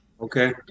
okay